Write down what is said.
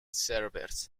service